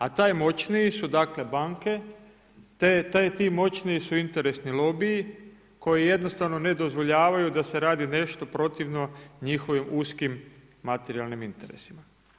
A taj moćniji su dakle, banke, ti moćniji su interesni lobiji koji jednostavno ne dozvoljavaju da se radi nešto protivno njihovim uskim materijalnim interesima.